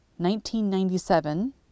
1997